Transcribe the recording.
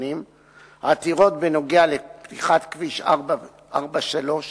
השונים והעתירות בנוגע לפתיחת כביש 443